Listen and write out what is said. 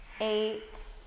eight